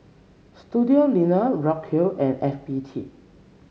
Studioline Ripcurl and F B T